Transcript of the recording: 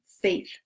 faith